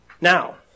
now